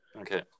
Okay